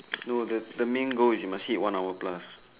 no the the main goal is you must sit one hour plus